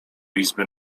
izby